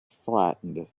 flattened